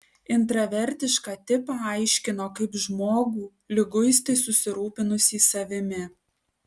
intravertišką tipą aiškino kaip žmogų liguistai susirūpinusį savimi